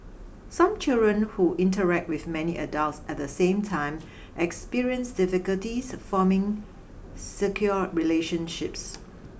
some children who interact with many adults at the same time experience difficulties forming secure relationships